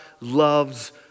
loves